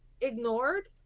ignored